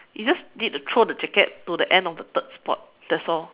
you just need to throw the jacket to the end of the third spot that's all